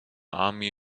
army